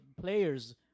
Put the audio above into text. players